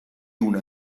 una